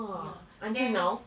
ya then